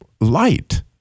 light